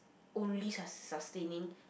only sus~ sustaining